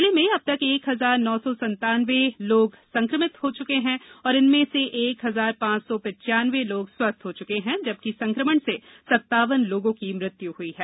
जिले में अब तक एक हजार नौ सौ सन्तानवे लोग संकमित हो चुके हैं इनमें से एक हजार पांच सौ पिन्वानवे लोग स्वस्थ हो चुके हैं जबकि संकमण से सत्तावन लोगों की मृत्यु हुई है